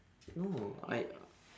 no I